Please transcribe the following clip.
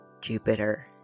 Jupiter